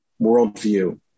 worldview